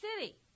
City